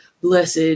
blessed